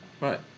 right